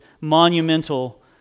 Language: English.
monumental